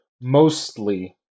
mostly